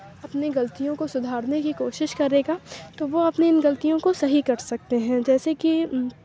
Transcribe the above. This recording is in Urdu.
اپنی غلطیوں کو سدھارنے کی کوشش کرے گا تو وہ اپنی ان غلطیوں کو صحیح کر سکتے ہیں جیسے کہ